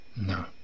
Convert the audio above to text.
no